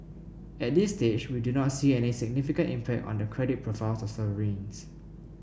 at this stage we do not see any significant impact on the credit profiles of sovereigns